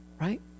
right